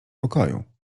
pokoju